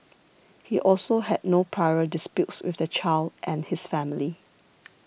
he also had no prior disputes with the child and his family